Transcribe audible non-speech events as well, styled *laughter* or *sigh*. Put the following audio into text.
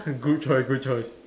*laughs* good choice good choice